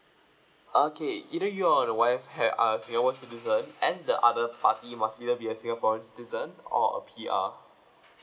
okay either you or your wife had a singapore citizen and the other party must either be a singaporean citizen or a P_R